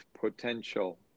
potential